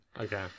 Okay